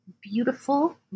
beautiful